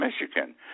Michigan